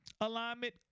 alignment